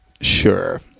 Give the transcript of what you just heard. sure